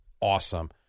awesome